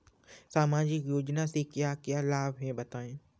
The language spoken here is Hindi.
सामाजिक योजना से क्या क्या लाभ हैं बताएँ?